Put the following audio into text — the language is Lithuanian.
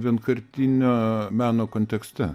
vienkartinio meno kontekste